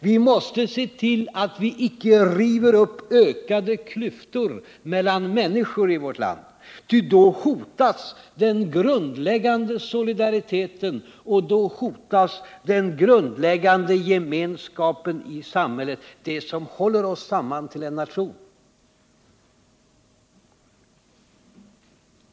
Vi måste se till att vi icke river upp ökade klyftor mellan människorna i vårt land, ty då hotas den grundläggande solidariteten och gemenskapen i samhället — det som håller oss samman till en nation.